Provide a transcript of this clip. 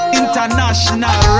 international